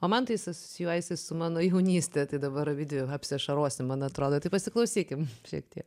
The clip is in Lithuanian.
o man tai is asosijuojasi su mano jaunyste tai dabar abidvi apsiašarosim man atrodo tai pasiklausykime šiek tiek